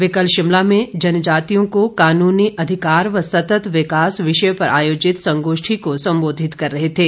वे कल शिमला में जनजातियों को का्रननी अधिकार व सतत् विकास पर आयोजित संगोष्ठी को संबोधित कर रहे थे